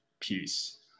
peace